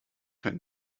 wenn